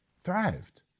Thrived